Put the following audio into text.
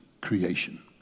creation